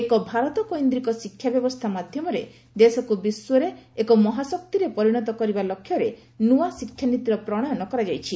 ଏକ ଭାରତ କୈନ୍ଦ୍ରିକ ଶିକ୍ଷା ବ୍ୟବସ୍ଥା ମାଧ୍ୟମରେ ଦେଶକୁ ବିଶ୍ୱରେ ଏକ ମହାଶକ୍ତିରେ ପରିଣତ କରିବା ଲକ୍ଷ୍ୟରେ ନୂଆ ଶିକ୍ଷାନୀତିର ପ୍ରଣୟନ କରାଯାଇଛି